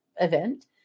event